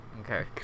okay